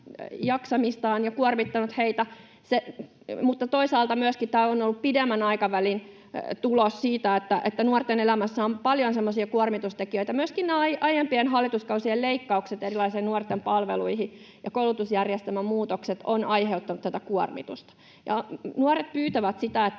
jaksamista ja kuormittaneet heitä, mutta toisaalta tämä on myöskin ollut pidemmän aikavälin tulos siitä, että nuorten elämässä on paljon kuormitustekijöitä. Myöskin aiempien hallituskausien leikkaukset erilaisiin nuorten palveluihin ja koulutusjärjestelmän muutokset ovat aiheuttaneet tätä kuormitusta. Nuoret pyytävät, että